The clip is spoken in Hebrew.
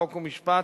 חוק ומשפט,